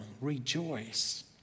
rejoice